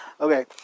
Okay